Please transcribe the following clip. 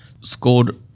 Scored